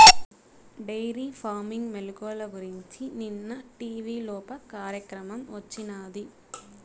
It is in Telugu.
డెయిరీ ఫార్మింగ్ మెలుకువల గురించి నిన్న టీవీలోప కార్యక్రమం వచ్చినాది